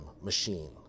machine